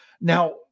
Now